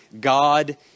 God